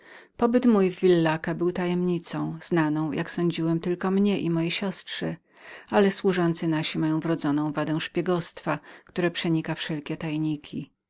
pobyt mój w villaca był tajemnicą znaną tylko odemnie i mojej siostry ale służący nasi mają wrodzoną wadę szpiegostwa która przenika wszelkie tajniki